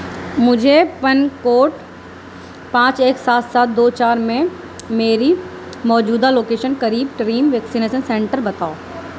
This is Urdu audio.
مجھے پن کوڈ پانچ ایک سات سات دو چار میں میری موجودہ لوکیشن قریب ترین ویکسینیسن سینٹر بتاؤ